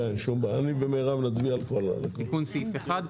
סעיף 2. ועכשיו למעשה הוועדה יכולה להצביע על סעיף 1,